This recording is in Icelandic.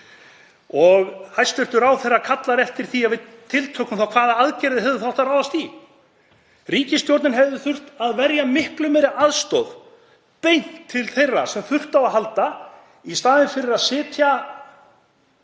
Hæstv. ráðherra kallar eftir því að við tiltökum þá hvaða aðgerðir hefði átt að ráðast í. Ríkisstjórnin hefði þurft að verja miklu meiri aðstoð beint til þeirra sem þurftu á að halda í staðinn fyrir að sitja